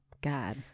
God